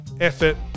effort